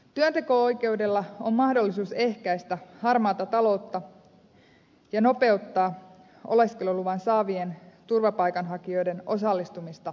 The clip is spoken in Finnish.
työnteko oikeudella on mahdollisuus ehkäistä harmaata taloutta ja nopeuttaa oleskeluluvan saavien turvapaikanhakijoiden osallistumista yhteiskuntaamme